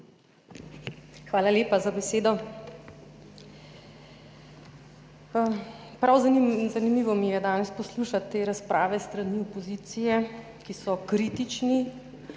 Hvala lepa za besedo. Prav zanimivo mi je danes poslušati te razprave s strani opozicije, ki je kritična,